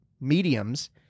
mediums